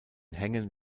hängen